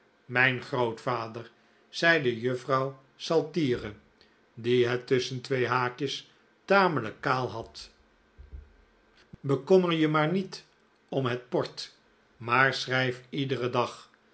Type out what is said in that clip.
mijn grootvader zeide juffrouw saltire die het tusschen twee haakjes tamelijk kaal had bekommer je maar niet om het port maar schrijf iederen dag